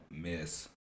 miss